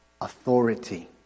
authority